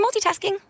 multitasking